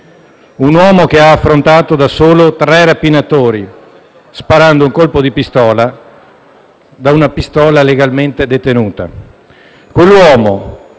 Un uomo che ha affrontato da solo tre rapinatori, sparando un colpo da una pistola legalmente detenuta. Quell'uomo,